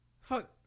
fuck